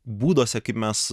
būduose kaip mes